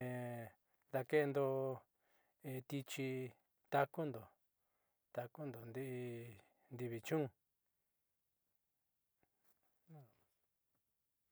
Daake'endo in tichi takundo takundo ndi'i ndivichun.